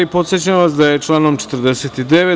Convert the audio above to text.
Podsećam vas, da je članom 49.